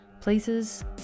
Places